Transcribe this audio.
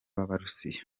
b’abarusiya